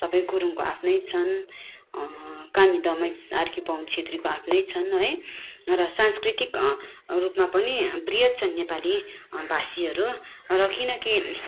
सबै गुरुङको आफ्नै छन् कामी दमाई सार्की बाहुन छेत्रीको आफ्नै छन् है र सांस्कृतिक रूपमा पनि बृहत् छन् नेपाली भाषीहरू र किनकि